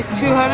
to